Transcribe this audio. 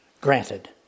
granted